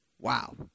Wow